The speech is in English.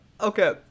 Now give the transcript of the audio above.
Okay